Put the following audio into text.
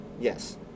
Yes